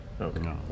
okay